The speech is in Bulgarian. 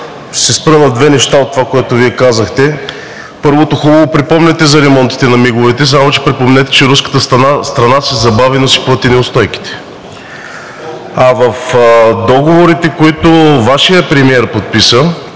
се спра на две неща от това, което Вие казахте. Първото, хубаво припомняте за ремонтите на МиГ-овете, само че припомнете, че руската страна се забави, но си плати неустойките, а в договорите, които Вашият премиер подписа,